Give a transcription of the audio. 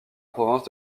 province